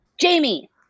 Jamie